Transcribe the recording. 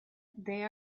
they